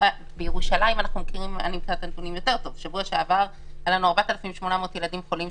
בירושלים היו בשבוע שעבר 4,800 ילדים חולים,